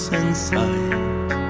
inside